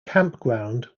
campground